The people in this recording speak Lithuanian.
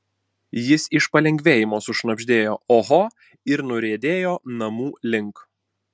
jis iš palengvėjimo sušnabždėjo oho ir nuriedėjo namų link